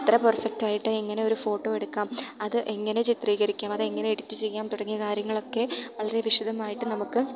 അത്ര പെർഫെക്റ്റ് ആയിട്ട് എങ്ങനെ ഒരു ഫോട്ടോ എടുക്കാം അത് എങ്ങനെ ചിത്രീകരിക്കാം അതെങ്ങനെ എഡിറ്റ് ചെയ്യാം തുടങ്ങിയ കാര്യങ്ങളൊക്കെ വളരെ വിശദമായിട്ട് നമുക്ക്